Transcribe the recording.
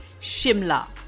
Shimla